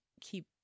keep